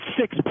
six